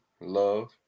love